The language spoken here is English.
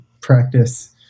practice